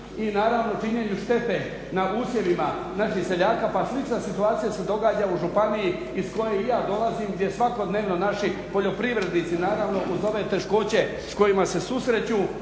i naravno činjenju štete na usjevima naših seljaka. Pa slična situacija se događa u županiji iz koje i ja dolazim gdje svakodnevno naši poljoprivrednici naravno uz ove teškoće s kojima se susreću